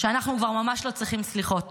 שאנחנו כבר ממש לא צריכים סליחות